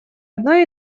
одной